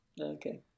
Okay